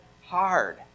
hard